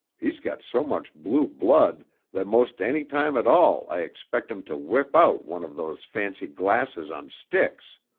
he's got so much blue blood that most any time at all i expect him to whip out one of those fancy glasses on sticks.